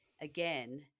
again